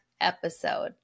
episode